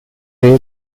day